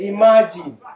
Imagine